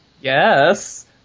Yes